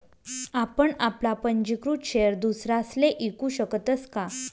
आपण आपला पंजीकृत शेयर दुसरासले ईकू शकतस का?